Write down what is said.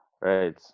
Right